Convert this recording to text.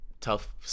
tough